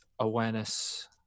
awareness